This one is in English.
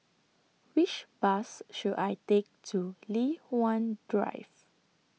Which Bus should I Take to Li Hwan Drive